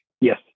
Yes